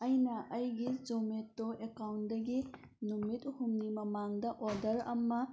ꯑꯩꯅ ꯑꯩꯒꯤ ꯖꯣꯃꯦꯇꯣ ꯑꯦꯀꯥꯎꯟꯗꯒꯤ ꯅꯨꯃꯤꯠ ꯍꯨꯝꯅꯤ ꯃꯃꯥꯡꯗ ꯑꯣꯗꯔ ꯑꯃ